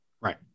Right